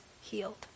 healed